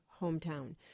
hometown